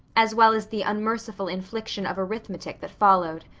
as well as the unmerciful infliction of arithmetic that followed.